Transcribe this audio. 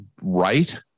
right